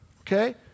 Okay